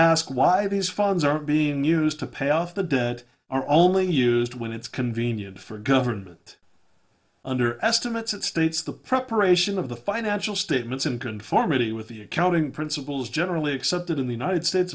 ask why these funds are being used to pay off the debt are only used when it's convenient for government under estimates it states the preparation of the financial statements in conformity with the accounting principles generally accepted in the united states